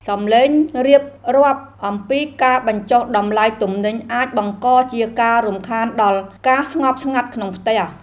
សំឡេងរៀបរាប់អំពីការបញ្ចុះតម្លៃទំនិញអាចបង្កជាការរំខានដល់ការស្ងប់ស្ងាត់ក្នុងផ្ទះ។